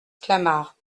clamart